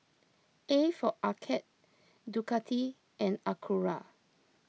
A for Arcade Ducati and Acura